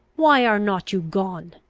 why are not you gone?